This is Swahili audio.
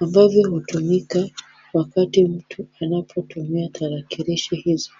ambavyo hutumika wakati mtu anapotumia tarakilishi hizo.